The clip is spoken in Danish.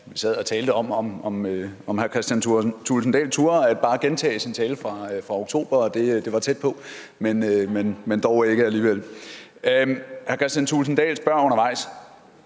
Vi sad og talte om, om hr. Kristian Thulesen Dahl bare turde gentage sin tale fra oktober, og det var tæt på, men dog ikke alligevel. Hr. Kristian Thulesen Dahl spørger undervejs: